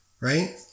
Right